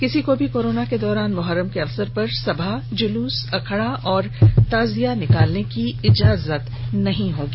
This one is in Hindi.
किसी को भी कोरोना के दौरान मोहरम के अवसर पर सभा जुलूस अखाड़ा और ताजिया निकालने की इजाजत नहीं होगी